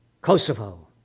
Kosovo